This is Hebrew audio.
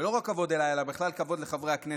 ולא רק כבוד אליי, אלא בכלל כבוד לחברי הכנסת.